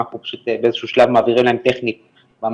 ואנחנו באיזה שהוא שלב מעבירים להם טכנית במערכות,